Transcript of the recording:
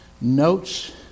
notes